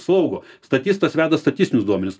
slaugo statistas veda statistinius duomenis